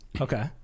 Okay